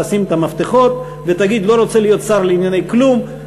תשים את המפתחות ותגיד: לא רוצה להיות שר לענייני כלום,